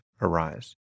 arise